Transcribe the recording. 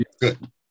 good